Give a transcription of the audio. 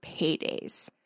paydays